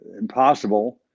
impossible